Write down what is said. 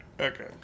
Okay